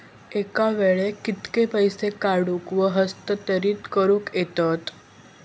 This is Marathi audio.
एका वेळाक कित्के पैसे काढूक व हस्तांतरित करूक येतत?